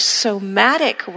somatic